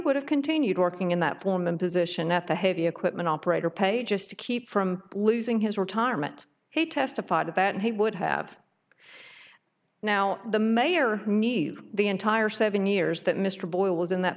would have continued working in that foreman position at the heavy equipment operator pay just to keep from losing his retirement he testified that he would have now the mayor need the entire seven years that mr boyle was in that